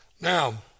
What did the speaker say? Now